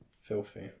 Filthy